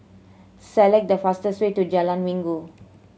select the fastest way to Jalan Minggu